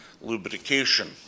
lubrication